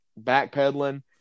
backpedaling